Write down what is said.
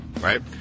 right